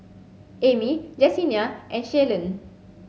Amy Jesenia and Shalon